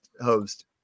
host